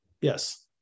Yes